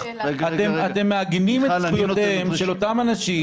אתם מעגנים את זכויותיהם של אותם אנשים.